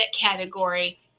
category